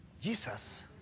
Jesus